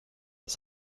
ist